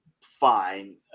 fine